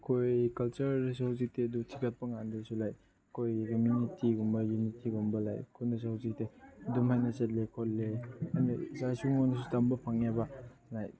ꯑꯩꯈꯣꯏ ꯀꯜꯆꯔꯁꯨ ꯍꯧꯖꯤꯛꯇꯤ ꯑꯗꯨ ꯊꯤꯒꯠꯄ ꯀꯥꯟꯅꯗꯁꯨ ꯂꯥꯏꯛ ꯑꯩꯈꯣꯏ ꯔꯤꯃꯤꯅꯤꯇꯤꯒꯨꯝꯕ ꯌꯨꯅꯤꯇꯤꯒꯨꯝꯕ ꯂꯥꯏꯛ ꯑꯩꯈꯣꯏꯅꯁꯨ ꯍꯧꯖꯤꯛꯇꯤ ꯑꯗꯨꯃꯥꯏꯅ ꯆꯠꯂꯤ ꯈꯣꯠꯂꯦ ꯑꯩꯅ ꯏꯆꯥꯁꯤꯡꯉꯣꯟꯗꯁꯨ ꯇꯝꯕ ꯐꯪꯉꯦꯕ ꯂꯥꯏꯛ